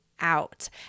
out